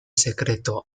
secreto